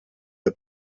der